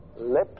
lips